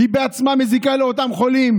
היא בעצמה מזיקה לאותם חולים.